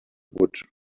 would